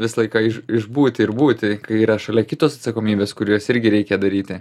visą laiką iš išbūti ir būti kai yra šalia kitos atsakomybės kuriuos irgi reikia daryti